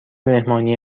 مهمانی